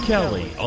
Kelly